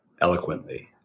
eloquently